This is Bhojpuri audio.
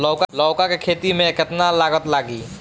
लौका के खेती में केतना लागत लागी?